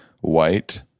white